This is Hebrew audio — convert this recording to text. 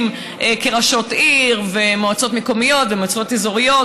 כראשות עיר ומועצות מקומיות ומועצות אזוריות,